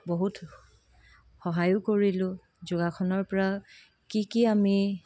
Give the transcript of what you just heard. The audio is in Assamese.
বহুত সহায়ো কৰিলো যোগাসনৰ পৰা কি কি আমি